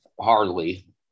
hardly